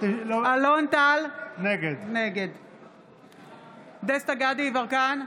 נגד דסטה גדי יברקן,